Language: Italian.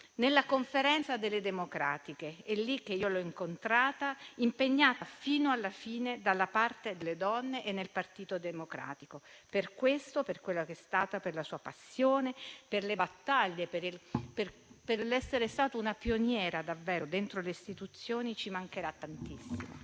nella Conferenza delle democratiche. È lì che io l’ho incontrata, impegnata fino alla fine dalla parte delle donne e nel Partito Democratico. Per questo, per quello che è stata, per la sua passione, per le battaglie, per l’essere stata davvero una pioniera dentro le istituzioni, ci mancherà tantissimo.